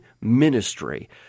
ministry